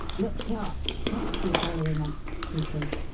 look sharp taxi following us! he said.